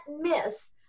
miss